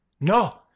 No